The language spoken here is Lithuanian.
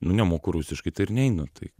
nu nemoku rusiškai tai ir neinu tai